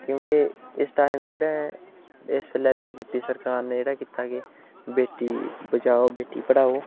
क्योंकि इस टाइम जेह्ड़ा ऐ इस बेल्लै बी जे पी सरकार ने जेह्ड़ा कीता ऐ की बेटी बचाओ बेटी पढ़ाओ